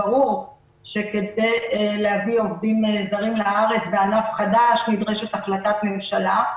ברור שכדי להביא עובדים זרים לארץ בענף חדש נדרשת החלטת ממשלה.